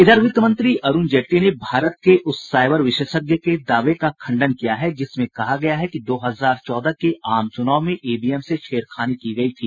इधर वित्त मंत्री अरूण जेटली ने भारत के उस साइबर विशेषज्ञ के दावे का खंडन किया है जिसमें कहा गया है कि दो हजार चौदह के आम चुनाव में ईवीएम से छेड़खानी की गयी थी